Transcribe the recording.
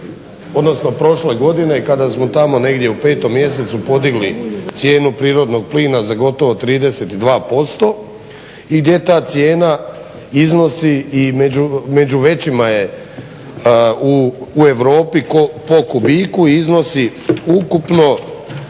odnosno prošle godine kada smo tamo negdje u 5.mjesecu podigli cijenu prirodnog plina za gotovo 32% i gdje ta cijena iznosi i među većima je u Europi po kubiku iznosi ukupno